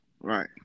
right